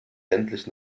endlich